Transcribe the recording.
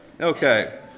okay